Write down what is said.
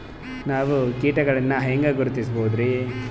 ನಾವು ಕೀಟಗಳನ್ನು ಹೆಂಗ ಗುರುತಿಸಬೋದರಿ?